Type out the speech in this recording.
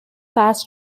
pass